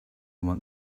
want